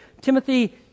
Timothy